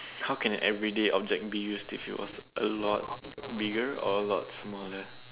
how can everyday object be used if it was a lot bigger or a lot smaller